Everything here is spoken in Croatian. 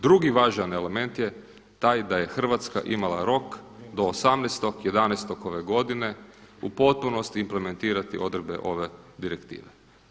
Drugi važan element je taj da je Hrvatska imala rok do 18.11. ove godine u potpunosti implementirati odredbe ove direktive.